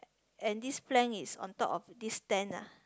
and this plank is on top of this tent ah